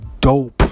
dope